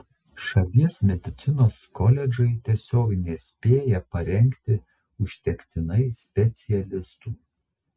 šalies medicinos koledžai tiesiog nespėja parengti užtektinai specialistų